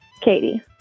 Katie